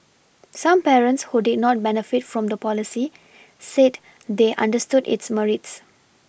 some parents who did not benefit from the policy said they understood its Merits